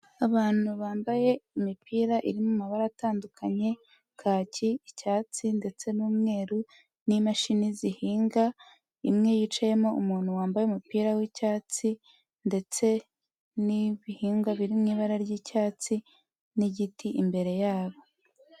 Abantu bambaye imipira iri mu mabara atandukanye, kaki, icyatsi ndetse n'umweru n'imashini zihinga, imwe yicayemo umuntu wambaye umupira w'icyatsi ndetse n'ibihingwa biri mu ibara ry'icyatsi n'igiti imbere yabo.